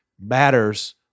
Matters